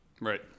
Right